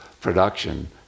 production